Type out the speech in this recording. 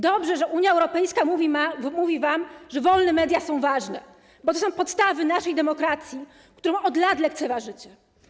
Dobrze, że Unia Europejska mówi wam, że wolne media są ważne, bo to są podstawy naszej demokracji, którą od lat lekceważycie.